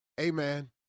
Amen